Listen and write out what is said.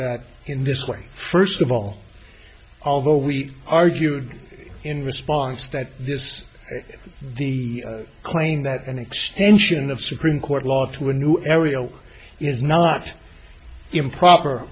that in this way first of all although we argued in response that this the claim that an extension of supreme court law to a new aerial is not improper